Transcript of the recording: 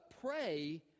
pray